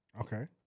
Okay